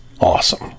awesome